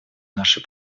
нашей